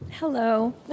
Hello